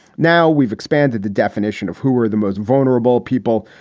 now we've expanded the definition of who are the most vulnerable people.